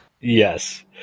Yes